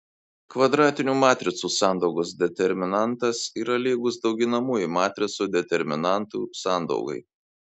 kvadratinių matricų sandaugos determinantas yra lygus dauginamųjų matricų determinantų sandaugai